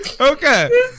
Okay